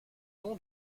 nom